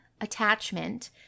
attachment